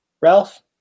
Ralph